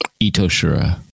Itoshira